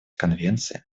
конвенции